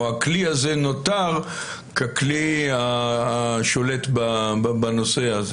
או הכלי הזה נותר ככלי השולט בנושא הזה?